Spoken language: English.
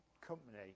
company